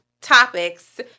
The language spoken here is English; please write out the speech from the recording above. topics